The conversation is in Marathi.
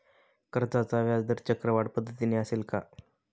कर्जाचा व्याजदर चक्रवाढ पद्धतीने असेल का?